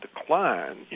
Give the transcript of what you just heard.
decline